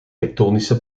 tektonische